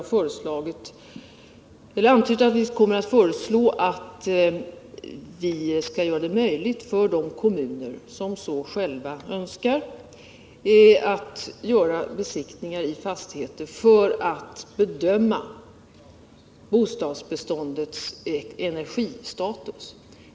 Rolf Dahlberg ville antyda att det här var fråga om att införa ett slags obligatorisk besiktning, vilket skulle innebära intrång i den personliga integriteten.